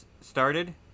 started